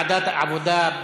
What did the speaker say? בוועדת העבודה,